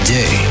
day